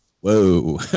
Whoa